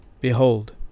Behold